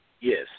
Yes